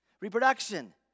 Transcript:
Reproduction